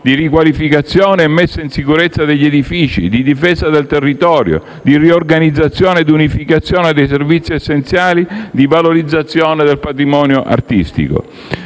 di riqualificazione e messa in sicurezza degli edifici, di difesa del territorio, di riorganizzazione e unificazione dei servizi essenziali, di valorizzazione del patrimonio artistico.